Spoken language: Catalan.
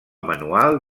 manual